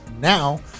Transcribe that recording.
Now